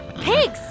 pigs